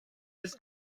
jest